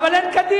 אבל אין קדימה,